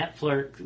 Netflix